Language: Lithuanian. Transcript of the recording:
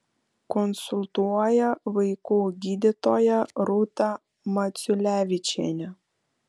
konsultuoja vaikų gydytoja rūta maciulevičienė